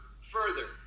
further